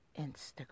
Instagram